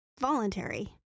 voluntary